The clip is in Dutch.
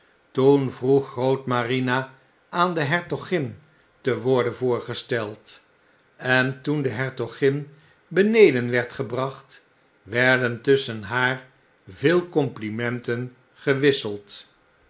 toen vroeg grootmarina aan de hertogin te worden voorgesteld en toen de hertogin beneden werd gebracht werden tusschen haar veel complimenten gewisseld